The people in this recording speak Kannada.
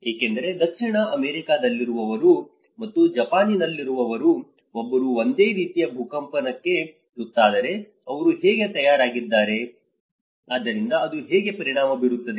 ಏಕೆಂದರೆ ದಕ್ಷಿಣ ಅಮೆರಿಕಾದಲ್ಲಿರುವವರು ಮತ್ತು ಜಪಾನ್ನಲ್ಲಿರುವವರು ಇಬ್ಬರೂ ಒಂದೇ ರೀತಿಯ ಭೂಕಂಪನಕ್ಕೆ ತುತ್ತಾದರೆ ಅವರು ಹೇಗೆ ತಯಾರಾಗಿದ್ದಾರೆ ಆದ್ದರಿಂದ ಅದು ಹೇಗೆ ಪರಿಣಾಮ ಬೀರುತ್ತದೆ